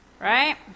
right